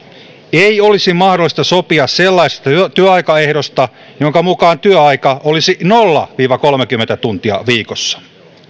ei olisi mahdollista sopia sellaisesta työaikaehdosta jonka mukaan työaika olisi nolla viiva kolmekymmentä tuntia viikossa